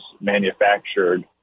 manufactured